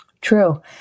True